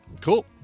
cool